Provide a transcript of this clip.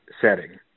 setting